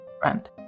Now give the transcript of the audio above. friend